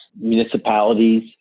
municipalities